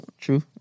True